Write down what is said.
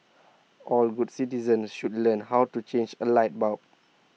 all good citizens should learn how to change A light bulb